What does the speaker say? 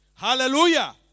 Hallelujah